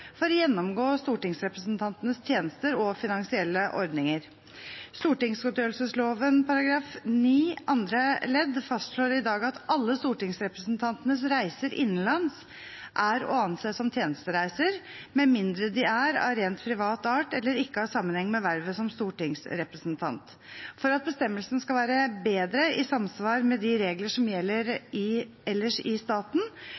for å gjennomgå stortingsrepresentantenes tjenester og finansielle ordninger. Stortingsgodtgjørelsesloven § 9 andre ledd fastslår i dag at alle stortingsrepresentantenes reiser innenlands er å anse som tjenestereiser med mindre de er av rent privat art eller ikke har sammenheng med vervet som stortingsrepresentant. For at bestemmelsen skal være bedre i samsvar med de regler som gjelder ellers i staten,